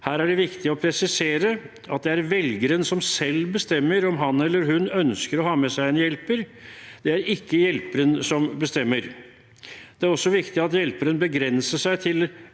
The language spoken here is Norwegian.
Her er det viktig å presisere at det er velgeren selv som bestemmer om han eller hun ønsker å ha med seg en hjelper. Det er ikke hjelperen som bestemmer. Det er også viktig at hjelperen begrenser seg til